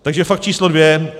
Takže fakt číslo dvě.